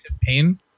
pain